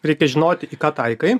reikia žinoti į ką taikai